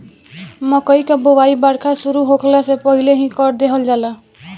मकई कअ बोआई बरखा शुरू होखला से पहिले ही कर देहल जाला